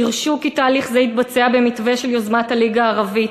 דרשו כי תהליך זה יתבצע במתווה של יוזמת הליגה הערבית,